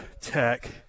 Tech